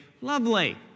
lovely